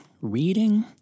reading –